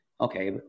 okay